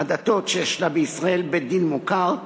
שיש לה בישראל בית-דין מוכר,